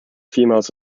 females